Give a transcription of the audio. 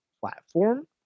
platform